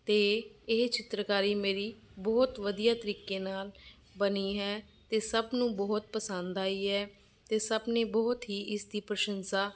ਅਤੇ ਇਹ ਚਿੱਤਰਕਾਰੀ ਮੇਰੀ ਬਹੁਤ ਵਧੀਆ ਤਰੀਕੇ ਨਾਲ ਬਣੀ ਹੈ ਅਤੇ ਸਭ ਨੂੰ ਬਹੁਤ ਪਸੰਦ ਆਈ ਹੈ ਅਤੇ ਸਭ ਨੇ ਬਹੁਤ ਹੀ ਇਸ ਦੀ ਪ੍ਰਸੰਸਾ